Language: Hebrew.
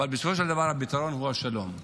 בסופו של דבר הפתרון הוא השלום.